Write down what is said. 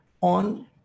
on